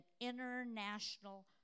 international